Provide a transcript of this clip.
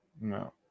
no